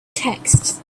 texts